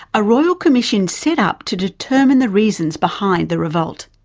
a royal commission set up to determine the reasons behind the revolt.